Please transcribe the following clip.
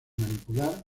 manipular